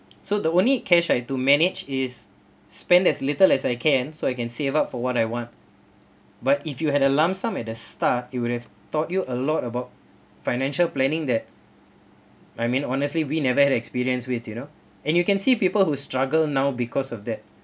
so the only cash I have to manage is spend as little as I can so I can save up for what I want but if you had a lump sum at the start it would have taught you a lot about financial planning that I mean honestly we never experience with you know and you can see people who struggle now because of that